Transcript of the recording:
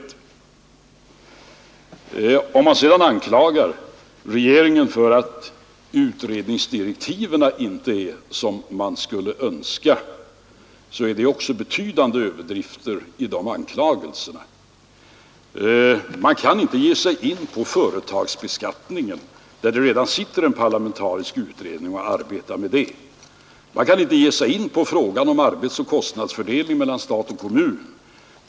Det ligger betydande överdrifter i anklagelserna mot regeringen för att utredningsdirektiven inte utformats så som man skulle önskat. Man kan inte ge sig in på företagsbeskattningen — det finns redan en parlamentarisk utredning som arbetar med den. Man kan inte ge sig in på frågan om arbetsoch kostnadsfördelningen mellan stat och kommun.